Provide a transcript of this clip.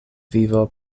vivo